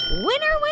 winner,